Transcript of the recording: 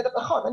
נכון.